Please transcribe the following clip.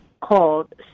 called